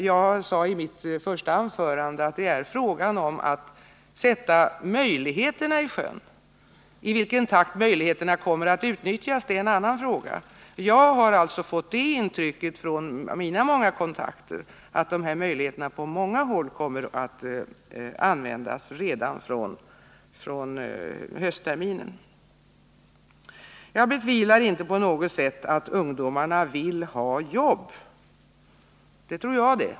Jag sade i mitt första anförande att det är fråga om att sätta möjligheterna i sjön. I vilken takt möjligheterna kommer att utnyttjas är en annan fråga. Jag har av mina många kontakter fått det intrycket att de här möjligheterna på många håll kommer att användas redan från höstterminen. Jag betvivlar inte på något sätt att ungdomarna vill ha jobb — det tror jag det!